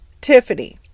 Tiffany